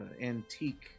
antique